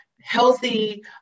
healthy